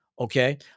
okay